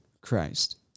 Christ